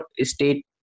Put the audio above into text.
State